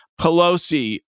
Pelosi